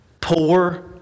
Poor